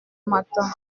matin